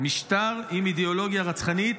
משטר עם אידיאולוגיה רצחנית,